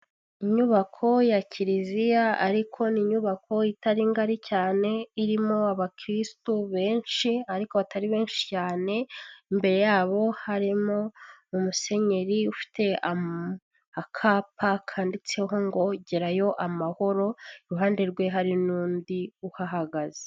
Inyubako ya kiliziya ariko ni inyubako itari ngari cyane irimo abakirisitu benshi ariko batari benshi cyane, imbere yabo harimo umusenyeri ufite akapa kanditseho ngo gerayo amahoro iruhande rwe hari n'undi uhahagaze.